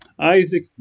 Isaac